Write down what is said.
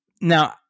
Now